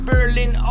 Berlin